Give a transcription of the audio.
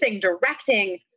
directing